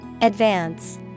Advance